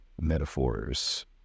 metaphors